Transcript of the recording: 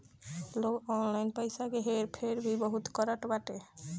लोग ऑनलाइन पईसा के हेर फेर भी बहुत करत बाटे